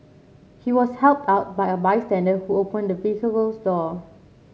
he was helped out by a bystander who opened the vehicle's door